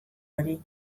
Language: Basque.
hori